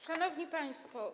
Szanowni Państwo!